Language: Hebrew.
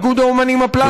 איגוד האומנים הפלסטיים,